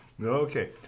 Okay